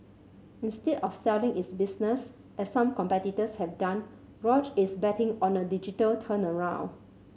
instead of selling its business as some competitors have done Roche is betting on a digital turnaround